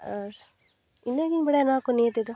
ᱟᱨ ᱤᱱᱟᱹᱜᱮᱧ ᱵᱟᱲᱟᱭᱟ ᱱᱚᱣᱟᱠᱚ ᱱᱤᱭᱟᱹ ᱛᱮᱫᱚ